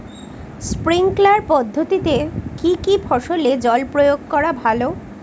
Sprinkler পদ্ধতিতে কি কী ফসলে জল প্রয়োগ করা ভালো?